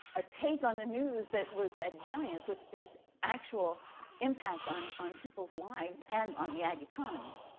a take on the news that was at variance with its actual impact on on people's lives and on the ag economy.